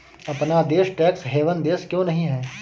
अपना देश tax haven देश क्यों नहीं है?